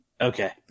Okay